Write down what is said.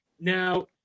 Now